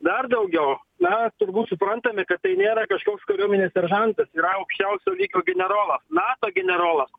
dar daugiau na turbūt suprantame kad tai nėra kažkoks kariuomenės seržantas yra aukščiausio lygio generolas nato generolas